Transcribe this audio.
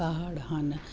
ਪਹਾੜ ਹਨ